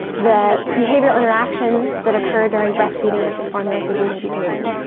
the behavioural interactions that occur during breastfeeding versus formula feeding may be different.